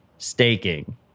staking